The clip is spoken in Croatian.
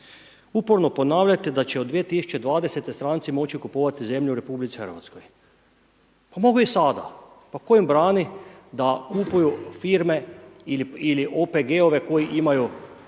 Uporno ponavljate da će od 2020. stranci moći kupovati zemlju u RH. Pa mogu i sada, pa tko im brani da kupuju firme ili OPG-ove koji imaju